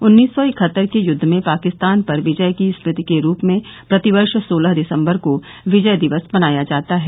उन्नीस सौ इकहत्तर के युद्ध में पाकिस्तान पर विजय की स्मृति के रूप में प्रति वर्ष सोलह दिसंबर को विजय दिवस मनाया जाता है